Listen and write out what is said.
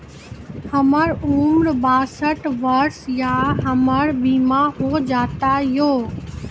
हमर उम्र बासठ वर्ष या हमर बीमा हो जाता यो?